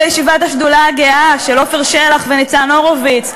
בישיבת השדולה הגאה של עפר שלח וניצן הורוביץ,